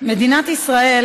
מדינת ישראל